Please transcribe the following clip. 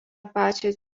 pačios